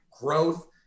growth